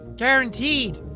guaranteed.